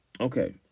Okay